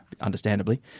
understandably